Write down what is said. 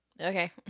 Okay